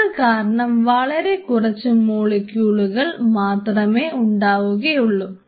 അതു കാരണം വളരെ കുറച്ച് മോളിക്യൂളുകൾ മാത്രമേ ഉണ്ടാവുകയുള്ളൂ